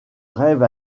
rêve